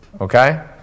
okay